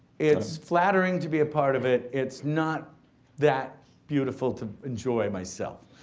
it's flattering to be a part of it it's not that beautiful to enjoy myself.